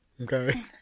okay